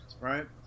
Right